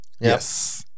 Yes